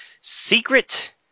Secret